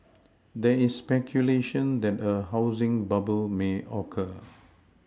there is speculation that a housing bubble may occur